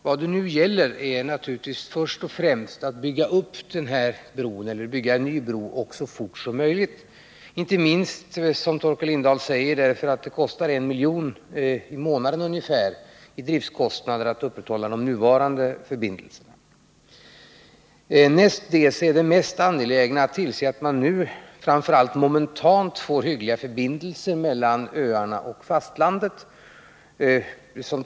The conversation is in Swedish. Vad det gäller är naturligtvis först och främst att bygga upp den här bron eller bygga en ny bro så fort som möjligt, inte minst därför att det — som Torkel Lindahl säger — blir driftkostnader på ungefär 1 miljon i månaden för att upprätthålla de nuvarande förbindelserna. Det därnäst mest angelägna just nu är att, som Torkel Lindahl också sade, tillse att man momentant får hyggliga förbindelser mellan öarna och fastlandet.